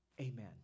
amen